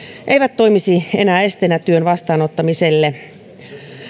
eivät toimisi enää esteenä työn vastaanottamiselle